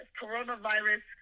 Coronavirus